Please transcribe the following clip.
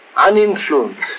uninfluenced